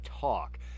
Talk